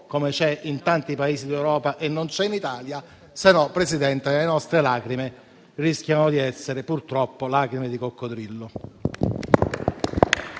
come c'è in tanti Paesi d'Europa e non in Italia. Altrimenti, Presidente, le nostre rischiano di essere purtroppo lacrime di coccodrillo.